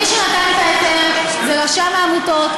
מי שנתן את ההיתר זה רשם העמותות,